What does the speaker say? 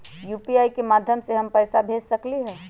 UPI के माध्यम से हम पैसा भेज सकलियै ह?